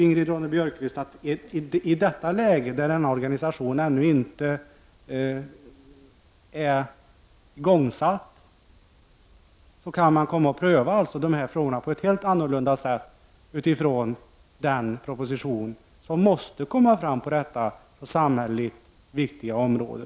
Ingrid Ronne-Björkqvist vet att i ett läge då en organisation ännu inte är igångsatt kan man pröva frågorna på ett helt annat sätt utifrån den proposition som måste fram på detta samhällsviktiga område.